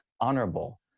honorable